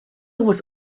was